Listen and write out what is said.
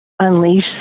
unleash